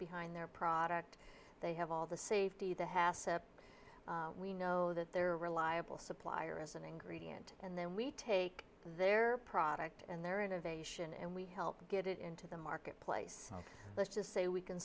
behind their product they have all the safety the hassock we know that they're reliable supplier as an ingredient and then we take their product and their innovation and we help get it into the marketplace so let's just say we can